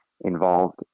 involved